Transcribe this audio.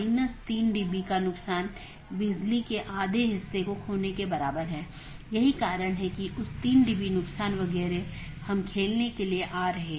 दो जोड़े के बीच टीसीपी सत्र की स्थापना करते समय BGP सत्र की स्थापना से पहले डिवाइस पुष्टि करता है कि BGP डिवाइस रूटिंग की जानकारी प्रत्येक सहकर्मी में उपलब्ध है या नहीं